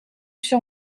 sur